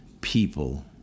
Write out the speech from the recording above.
people